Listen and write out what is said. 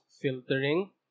filtering